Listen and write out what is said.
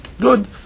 good